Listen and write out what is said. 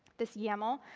this yaml,